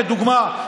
כדוגמה,